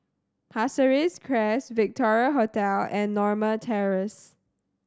Pasir Ris Crest Victoria Hotel and Norma Terrace